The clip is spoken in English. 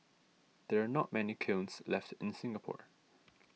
there are not many kilns left in Singapore